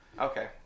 Okay